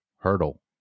hurdle